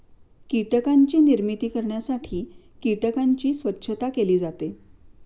कीटकांची निर्मिती करण्यासाठी कीटकांची स्वच्छता केली जाते